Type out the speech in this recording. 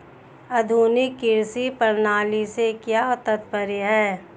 आधुनिक कृषि प्रणाली से क्या तात्पर्य है?